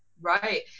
Right